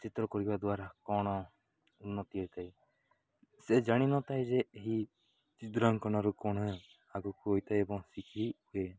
ଚିତ୍ର କରିବା ଦ୍ୱାରା କଣ ଉନ୍ନତି ହୋଇଥାଏ ସେ ଜାଣିନଥାଏ ଯେ ଏହି ଚିତ୍ରାଙ୍କନରୁ କଣ ଆଗକୁ ହୋଇଥାଏ ଏବଂ ଶିଖି ହୁଏ